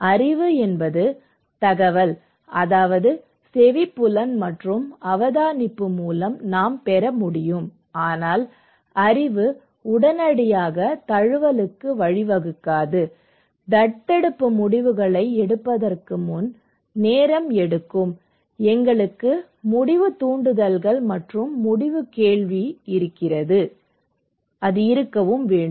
அறிவு என்பது தகவல் அதாவது செவிப்புலன் மற்றும் அவதானிப்பு மூலம் நாம் பெற முடியும் ஆனால் அறிவு உடனடியாக தழுவலுக்கு வழிவகுக்காது தத்தெடுப்பு முடிவுகளை எடுப்பதற்கு முன் நேரம் எடுக்கும் எங்களுக்கு முடிவு தூண்டுதல்கள் மற்றும் முடிவு கேள்வி இருக்க வேண்டும்